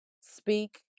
speak